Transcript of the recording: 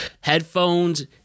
headphones